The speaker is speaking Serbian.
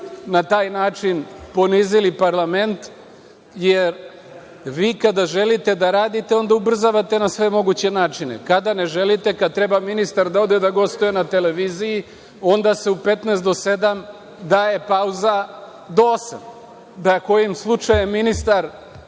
Na taj način ponizili parlament, jer vi kada želite da radite onda ubrzavate na sve moguće načine. Kada ne želite, kada treba ministar da ode da gostuje na televiziji, onda se u 15 do sedam daje pauza do osam. Da je kojim slučajem ministar